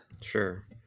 Sure